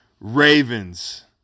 Ravens